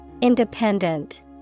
Independent